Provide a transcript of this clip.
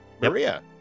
Maria